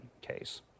case